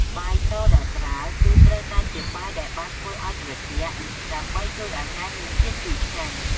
បាយសដែលប្រើ គឺត្រូវតែជាបាយដែលបានធ្វើឱ្យត្រជាក់ ដើម្បីជួយឱ្យណែមមានជាតិជូរឆ្ងាញ់។